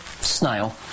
snail